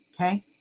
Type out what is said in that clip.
Okay